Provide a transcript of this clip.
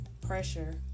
pressure